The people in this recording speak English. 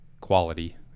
quality